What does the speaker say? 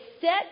set